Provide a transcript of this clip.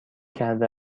کرده